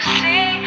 see